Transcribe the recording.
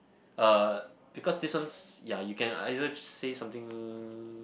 uh because this one ya you can either just say something